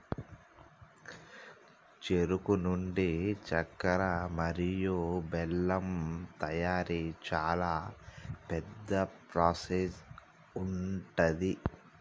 చెరుకు నుండి చెక్కర మరియు బెల్లం తయారీ చాలా పెద్ద ప్రాసెస్ ఉంటది